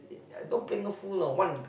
I don't play a fool you know one